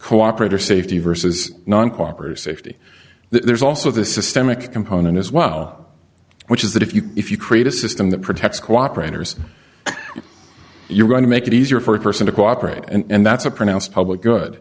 cooperate or safety versus non cooperative safety there's also the systemic component as well which is that if you if you create a system that protects cooperators you're going to make it easier for a person to cooperate and that's a pronounced public good